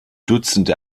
dutzende